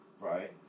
Right